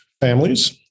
families